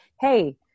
hey